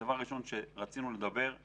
הדבר הראשון שרצינו לדבר עליו